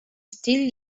still